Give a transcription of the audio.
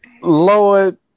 Lord